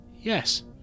Yes